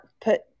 put